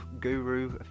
guru